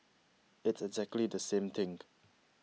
it's exactly the same thing